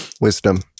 Wisdom